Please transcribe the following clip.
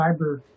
cyber